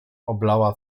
oblała